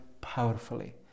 powerfully